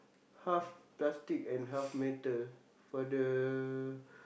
half plastic and half metal for the